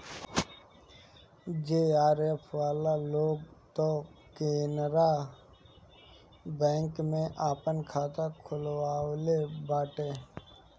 JRF वाला लोग तअ केनरा बैंक में आपन खाता खोलववले बाटे